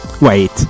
Wait